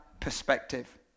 perspective